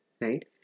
right